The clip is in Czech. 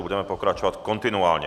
Budeme pokračovat kontinuálně.